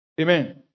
Amen